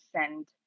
send